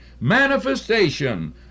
manifestation